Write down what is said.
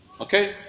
Okay